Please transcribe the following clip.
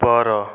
ଉପର